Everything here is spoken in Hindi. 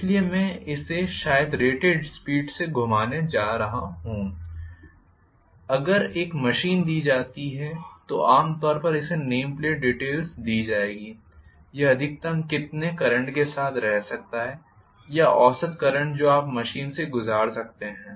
इसलिए मैं इसे शायद रेटेड स्पीड से घुमाने जा रहा हूं अगर एक मशीन दी जाती है तो आम तौर पर इसे नेमप्लेट डीटेल्स दी जाएगी यह अधिकतम कितने करंट के साथ रह सकता है या औसत करंट जो आप मशीन से गुज़ार सकते हैं